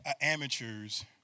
amateurs